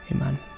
Amen